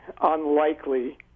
unlikely